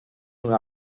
una